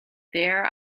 there